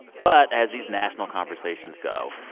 but as these national conversations go,